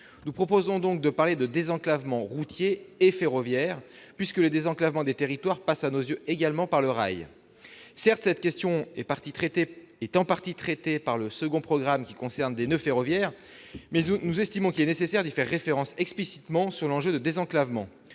Nous proposons donc de parler de désenclavement routier et ferroviaire, puisque le désenclavement des territoires passe également par le rail à nos yeux. Certes, cette question est en partie traitée au travers du deuxième programme, qui concerne les noeuds ferroviaires, mais nous estimons qu'il est nécessaire d'y faire référence explicitement à propos de l'enjeu du désenclavement.